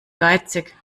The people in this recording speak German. geizig